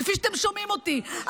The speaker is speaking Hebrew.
כפי שאתם שומעים אותי,